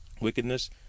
wickedness